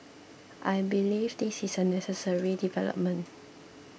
I believe this is a necessary development